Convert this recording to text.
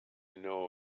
know